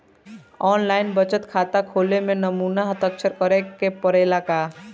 आन line बचत खाता खोले में नमूना हस्ताक्षर करेके पड़ेला का?